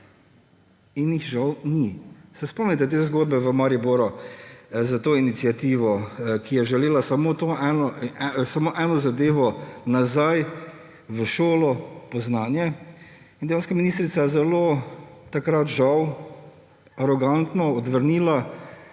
in jih žal ni. Se spomnite te zgodbe v Mariboru s to iniciativo, ki je želela samo eno zadevo – nazaj v šolo po znanje. In dejansko je takrat ministrica zelo, žal, arogantno odvrnila,